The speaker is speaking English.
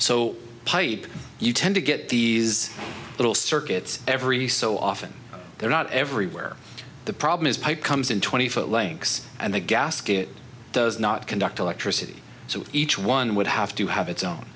pipe you tend to get these little circuits every so often they're not everywhere the problem is pipe comes in twenty foot links and the gasket does not conduct electricity so each one would have to have its own